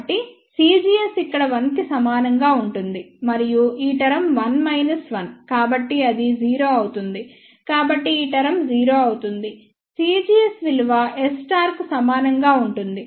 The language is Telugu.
కాబట్టి cgs ఇక్కడ 1 కి సమానంగా ఉంటుంది మరియు ఈ టర్మ్ 1 1 కాబట్టి అది 0 అవుతుంది కాబట్టి ఈ టర్మ్ 0 అవుతుంది cgs విలువ Sకు సమానంగా ఉంటుంది